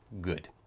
good